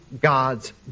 God's